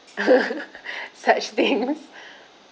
such things